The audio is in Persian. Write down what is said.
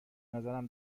نظرم